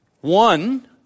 One